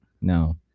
No